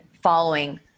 following